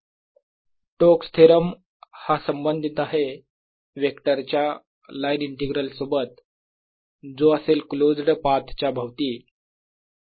Stokes theorem हा संबंधित आहे वेक्टर च्या लाईन इंटीग्रल सोबत जो असेल क्लोज्ड पाथ च्या भोवती